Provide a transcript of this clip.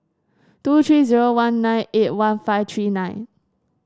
two three zero one nine eight one five three nine